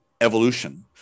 evolution